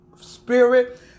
spirit